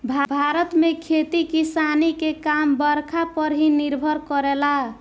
भारत में खेती किसानी के काम बरखा पर ही निर्भर करेला